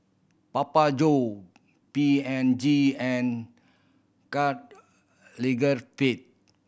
Papa John P and G and Karl Lagerfeld